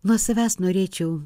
nuo savęs norėčiau